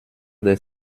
des